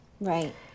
Right